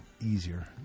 easier